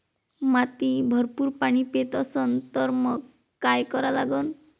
माती भरपूर पाणी पेत असन तर मंग काय करा लागन?